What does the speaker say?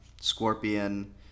Scorpion